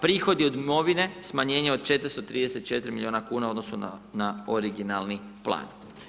Prihodi od imovine, smanjenje od 434 milijuna kuna u odnosu na originalni plan.